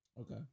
Okay